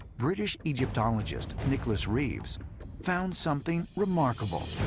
british egyptologist nicholas reeves found something remarkable